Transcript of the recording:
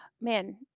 Man